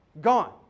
gone